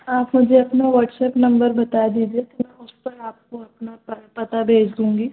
आप मुझे अपना व्हाट्स ऐप नंबर बता दीजिए फिर मैं उस पर आपको अपना सारा पता भेज दूँगी